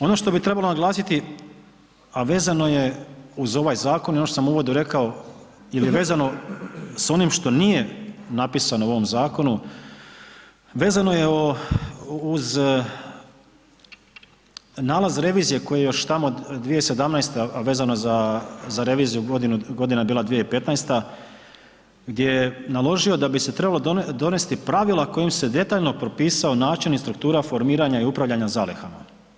Ono što bi trebalo naglasiti, a vezano je uz ovaj zakon i ono što sam u uvodu rekao ili vezano s onim što nije napisano u ovom zakonu, vezano je uz nalaz revizije koji je još tamo 2017., a vezano za reviziju godina je bila 2015. gdje je naložio da bi se trebala donesti pravila kojim se detaljno propisao način i struktura formiranja i upravljanja zalihama.